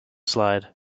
slide